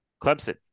Clemson